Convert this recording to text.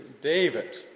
David